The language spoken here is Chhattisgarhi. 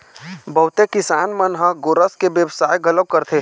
बहुते किसान मन ह गोरस के बेवसाय घलोक करथे